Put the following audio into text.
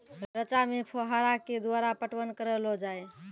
रचा मे फोहारा के द्वारा पटवन करऽ लो जाय?